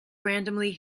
randomly